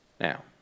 Now